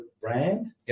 brand